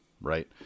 right